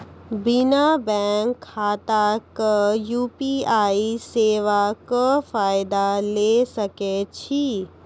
बिना बैंक खाताक यु.पी.आई सेवाक फायदा ले सकै छी?